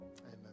Amen